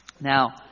Now